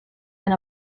and